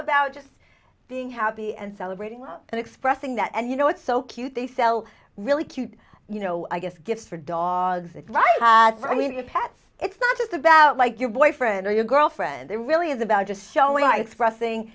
about just being happy and celebrating and expressing that and you know it's so cute they sell really cute you know i guess gifts for dogs and i mean the pets it's not just about like your boyfriend or your girlfriend there really is about just showing i expressing